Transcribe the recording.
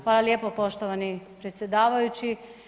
Hvala lijepo poštovani predsjedavajući.